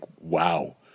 wow